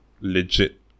legit